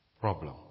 problem